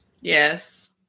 Yes